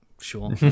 sure